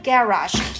Garage